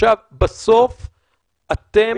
צבי,